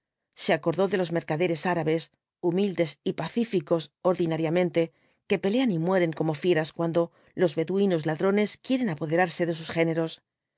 se acordó de los mercaderes árabes humildes y pacíficos ordinariamente que pelean y mueren como fieras cuando los beduinos ladrones quieren apoderarse de sus géneros